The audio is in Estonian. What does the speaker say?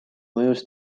mõjus